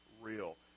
real